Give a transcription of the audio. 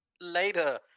later